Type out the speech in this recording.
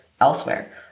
elsewhere